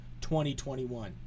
2021